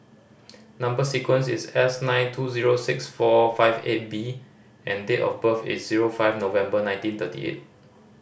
number sequence is S nine two zero six four five eight B and date of birth is zero five November nineteen thirty eight